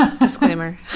Disclaimer